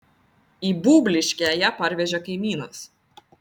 į būbliškę ją parvežė kaimynas